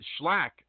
Schlack